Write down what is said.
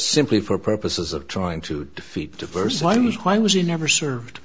simply for purposes of trying to defeat diverse lines why was he never served